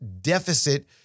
deficit